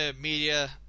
media